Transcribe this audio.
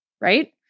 Right